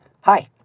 Hi